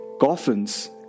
coffins